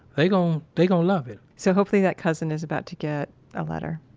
they gon', they gon' love it so, hopefully, that cousin is about to get a letter